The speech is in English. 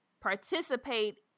participate